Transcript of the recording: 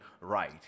right